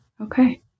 Okay